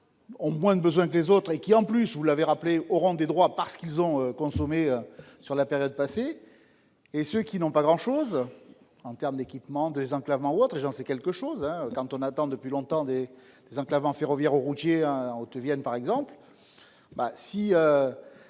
Ont moins de besoins que les autres et qui en plus vous l'avez rappelé auront des droits parce qu'ils ont consommé. Sur la période passée. Et ceux qui n'ont pas grand chose. En terme d'équipements désenclavement ou autres et j'en sais quelque chose hein quand on attend depuis longtemps des désenclavement ferroviaire routier en Haute-Vienne par exemple.